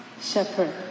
shepherd